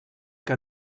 que